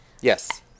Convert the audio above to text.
Yes